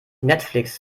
netflix